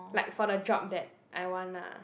like for the job that I want lah